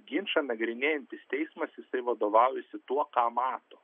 ginčą nagrinėjantis teismas jisai vadovaujasi tuo ką mato